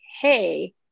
hey